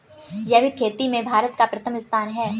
जैविक खेती में भारत का प्रथम स्थान है